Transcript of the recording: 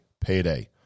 payday